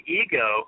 ego